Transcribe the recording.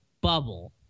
bubble